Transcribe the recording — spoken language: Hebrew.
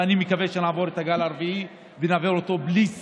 ואני מקווה שנעבור את הגל הרביעי ונעבור אותו בלי סגר,